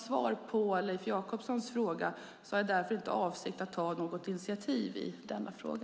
Svaret på Leif Jakobssons fråga är att jag därför inte har för avsikt att ta något initiativ i denna fråga.